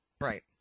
right